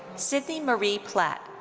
sydney marie platt.